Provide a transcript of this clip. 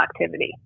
activity